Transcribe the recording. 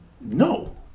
No